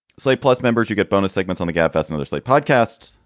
slate plus members, you get bonus segments on the gap as another slate podcast,